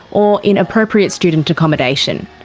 or in appropriate student accommodation.